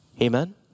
Amen